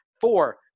four